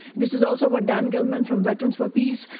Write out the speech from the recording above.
this is also ah diane gilman from veterans for peace.